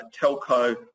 telco